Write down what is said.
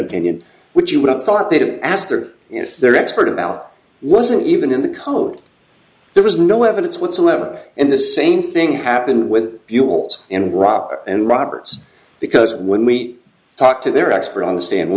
opinion which you would have thought they did after you know their expert about wasn't even in the code there was no evidence whatsoever and the same thing happened with buells and rock and roberts because when we talk to their expert on the stand